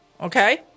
okay